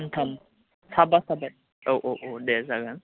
सानथाम साबा साबा औ औ औ दे जागोन